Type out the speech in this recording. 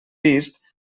vist